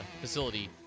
facility